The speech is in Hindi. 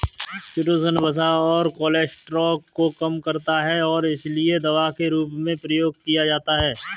चिटोसन वसा और कोलेस्ट्रॉल को कम करता है और इसीलिए दवा के रूप में प्रयोग किया जाता है